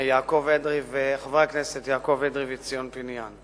יעקב אדרי וציון פיניאן.